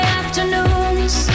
afternoons